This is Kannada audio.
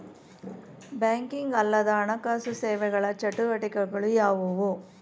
ಬ್ಯಾಂಕಿಂಗ್ ಅಲ್ಲದ ಹಣಕಾಸು ಸೇವೆಗಳ ಚಟುವಟಿಕೆಗಳು ಯಾವುವು?